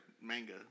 manga